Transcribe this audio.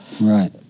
Right